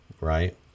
right